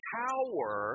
power